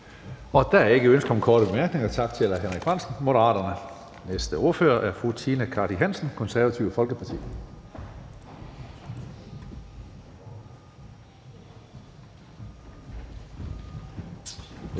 Der er ikke ønske om korte bemærkninger. Tak til hr. Henrik Frandsen, Moderaterne. Den næste ordfører er fru Tina Cartey Hansen, Det Konservative Folkeparti.